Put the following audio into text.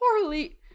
poorly